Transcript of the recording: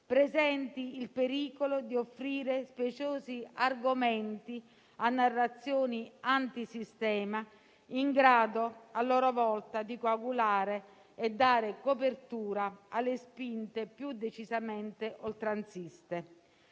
presenti il pericolo di offrire speciosi argomenti a narrazioni antisistema, in grado a loro volta di coagulare e dare copertura alle spinte più decisamente oltranziste.